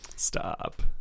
stop